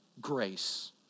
grace